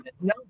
No